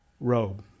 robe